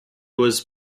was